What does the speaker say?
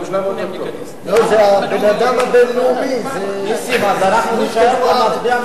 נסים, אז אנחנו נישאר פה.